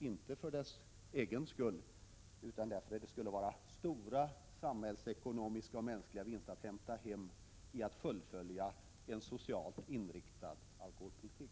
Inte för dess egen skull, utan därför att det skulle finnas stora samhällsekonomiska och mänskliga vinster att hämta hem i och med fullföljandet av en socialt inriktad alkoholpolitik.